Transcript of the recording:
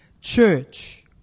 church